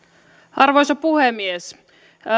arvoisa puhemies